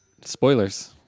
Spoilers